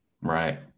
Right